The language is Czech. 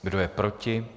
Kdo je proti?